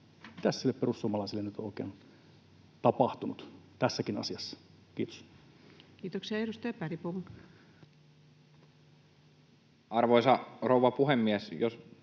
niille perussuomalaisille nyt oikein on tapahtunut tässäkin asiassa? — Kiitos. Kiitoksia. — Edustaja Bergbom. Arvoisa rouva puhemies!